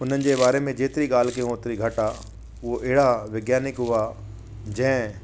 उन्हनि जे बारे में जेतरी ॻाल्हि कयूं ओतिरी घटि आहे उहे अहिड़ा विज्ञानिक हुआ जंहिं